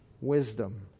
wisdom